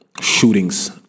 shootings